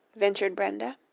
ventured brenda.